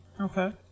Okay